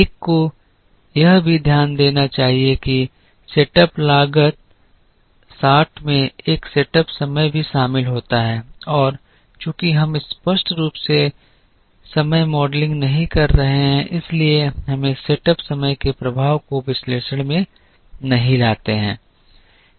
एक को यह भी ध्यान देना चाहिए कि सेटअप लागत 60 में एक सेटअप समय भी शामिल होता है और चूंकि हम स्पष्ट रूप से समय मॉडलिंग नहीं कर रहे हैं इसलिए हम सेटअप समय के प्रभाव को विश्लेषण में नहीं लाते हैं